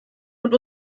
und